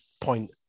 point